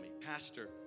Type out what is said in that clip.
pastor